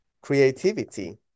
creativity